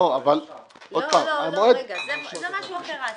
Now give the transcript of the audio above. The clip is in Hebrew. לא, זה משהו אחר ההשגה.